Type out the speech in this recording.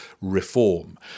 reform